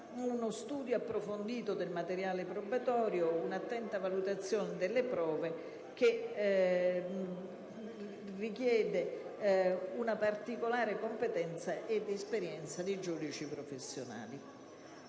uno studio approfondito del materiale probatorio e un'attenta valutazione delle prove che rendono necessaria una particolare competenza ed esperienza dei giudici professionali.